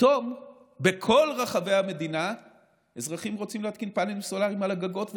פתאום בכל רחבי המדינה אזרחים רוצים להתקין פאנלים סולריים על הגגות,